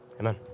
Amen